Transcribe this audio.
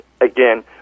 again